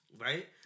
right